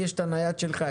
יש לי הנייד שלך.